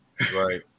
right